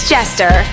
Jester